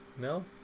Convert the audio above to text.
No